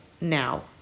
now